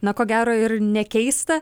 na ko gero ir ne keista